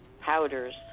Powders